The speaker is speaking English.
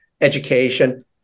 education